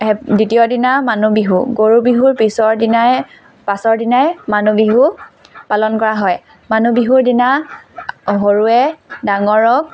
হেপ দ্বিতীয়দিনা মানুহ বিহু গৰু বিহুৰ পিছৰ দিনাই পাছৰ দিনাই মানুহ বিহু পালন কৰা হয় মানুহ বিহুৰ দিনা সৰুৱে ডাঙৰক